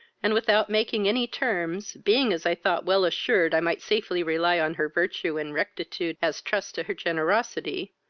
and without making any terms, being, as i thought, well assured i might safely rely on her virtue and rectitude as trust to her generosity,